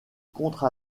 contre